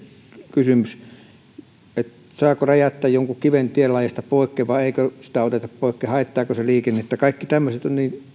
kysymys eli siitä saako räjäyttää jonkun kiven tienlaidasta poikkeen vai eikö sitä oteta poikkeen haittaako se liikennettä kaikkia tämmöisiä